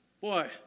boy